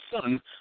son